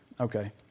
Okay